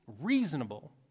reasonable